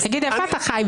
איפה אתה חי?